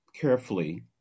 carefully